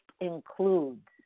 includes